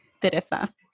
Teresa